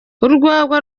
urwagwa